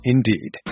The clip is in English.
Indeed